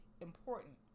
important